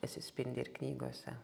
asispindi ir knygose